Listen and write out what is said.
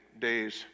days